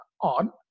on